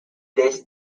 this